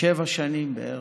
שבע שנים בערך.